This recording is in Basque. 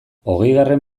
hogeigarren